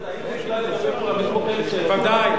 ודאי.